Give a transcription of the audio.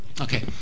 Okay